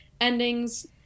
Endings